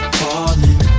falling